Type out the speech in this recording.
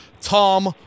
tom